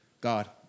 God